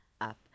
up